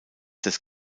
des